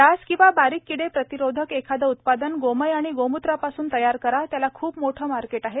डास किंवा बारीक किडे प्रतिरोधक एखादं उत्पादन गोमय आणि गोमूत्रापासून तयार करा त्याला खूप मोठे मार्केट आहे